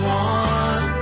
one